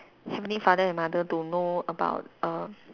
father and mother don't know about err